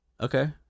okay